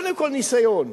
קודם כול, ניסיון.